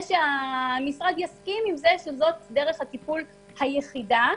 שהמשרד יסכים עם זה שזאת דרך הטיפול היחידה,